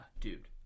dude